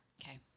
Okay